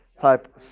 Type